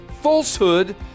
falsehood